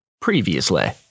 Previously